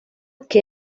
que